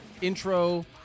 intro